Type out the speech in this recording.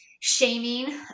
shaming